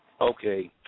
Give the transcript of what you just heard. Okay